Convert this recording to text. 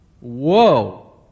Whoa